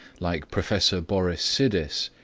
like professor boris sidis,